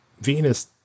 venus